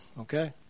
okay